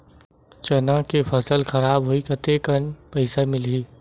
चना के फसल खराब होही कतेकन पईसा मिलही?